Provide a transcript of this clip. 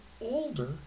older